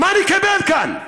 מה נקבל כאן?